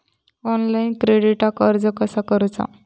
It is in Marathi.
ऑनलाइन क्रेडिटाक अर्ज कसा करुचा?